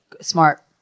Smart